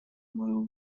moją